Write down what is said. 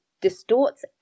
distorts